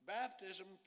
baptism